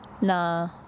Nah